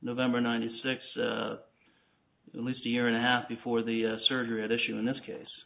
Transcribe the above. november ninety six least a year and a half before the surgery at issue in this case